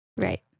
Right